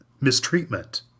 mistreatment